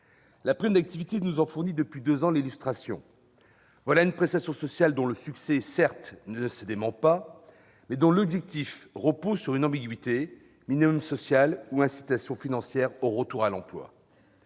La prime d'activité nous en fournit depuis deux ans l'illustration. Voilà une prestation sociale dont le succès, certes, ne se dément pas, mais dont l'objectif repose sur une ambiguïté : minimum social ou incitation financière au retour à l'emploi